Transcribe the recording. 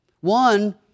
One